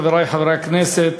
חברי חברי הכנסת,